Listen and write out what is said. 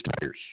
tires